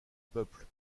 peuple